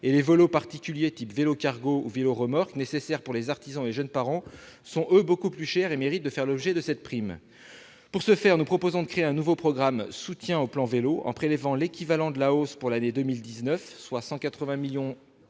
et les vélos particuliers du type vélo-cargo ou vélo-remorque, qui sont nécessaires pour les artisans ou les jeunes parents, sont quant à eux beaucoup plus chers et méritent de faire l'objet de cette prime. Pour ce faire, nous proposons de créer un nouveau programme, « Soutien au plan vélo », en prélevant l'équivalent de la hausse prévue pour l'année 2019, soit 182 millions d'euros,